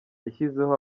yashyizeho